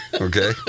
Okay